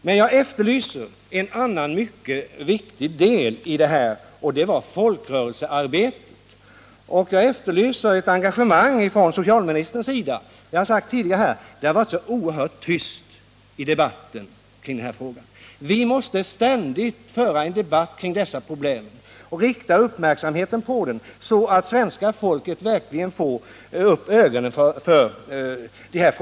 Men jag efterlyser ett annat mycket viktigt inslag i detta sammanhang, nämligen folkrörelsearbetet, liksom ett engagemang från socialministern i dessa frågor. Jag har tidigare sagt att det har varit så oerhört tyst i debatten på detta område. Vi måste ständigt föra en debatt om dessa problem och rikta uppmärksamheten på dem, så att svenska folket verkligen får upp ögonen för deras allvar.